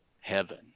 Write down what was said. heaven